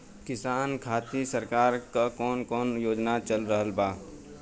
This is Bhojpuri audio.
किसान खातिर सरकार क कवन कवन योजना चल रहल बा?